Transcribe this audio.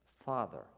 Father